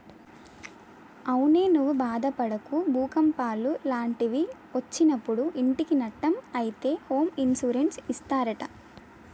అవునే నువ్వు బాదపడకు భూకంపాలు లాంటివి ఒచ్చినప్పుడు ఇంటికి నట్టం అయితే హోమ్ ఇన్సూరెన్స్ ఇస్తారట